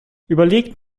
überlegt